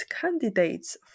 candidates